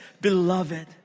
beloved